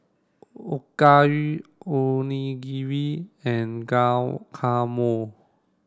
Okayu Onigiri and Guacamole